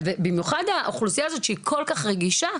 במיוחד האוכלוסייה הזאת שהיא כל כך רגישה.